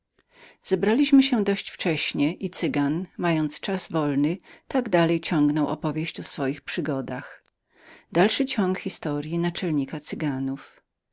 zebraliśmy się dość wcześnie i cygan mając czas wolny tak dalej ciągnął powieść o swoich przygodach